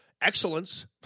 excellence